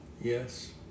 Yes